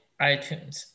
iTunes